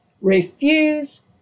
refuse